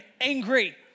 angry